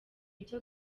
ibyo